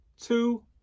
two